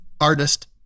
artist